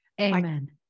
Amen